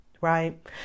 Right